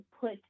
put